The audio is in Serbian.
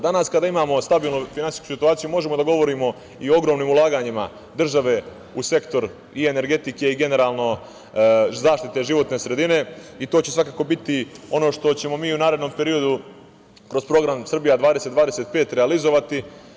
Danas kada imamo stabilnu finansijsku situaciju možemo da govorimo i o ogromnim ulaganjima države u sektor i energetike, i generalno zaštite životne sredine, i to će, svakako, biti ono što ćemo mi u narednom periodu kroz Program „Srbija 2025“ realizovati.